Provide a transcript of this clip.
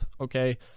okay